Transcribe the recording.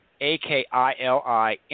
A-K-I-L-I